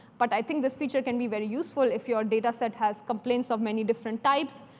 but i think this feature can be very useful if your data set has complaints of many different types,